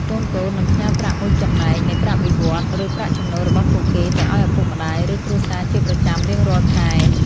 កូនៗនឹងផ្ញើប្រាក់មួយចំណែកនៃប្រាក់បៀវត្សរ៍ ឬប្រាក់ចំណូលរបស់ពួកគេទៅឱ្យឪពុកម្តាយ ឬគ្រួសារជាប្រចាំរៀងរាល់ខែ។